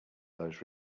those